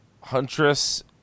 Huntress